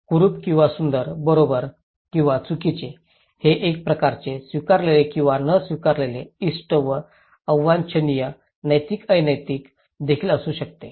कुरूप किंवा सुंदर बरोबर किंवा चुकीचे हे एक प्रकारचे स्वीकारलेले किंवा न स्वीकारलेले इष्ट व अवांछनीय नैतिक अनैतिक देखील असू शकते